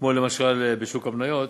כמו למשל בשוק המניות,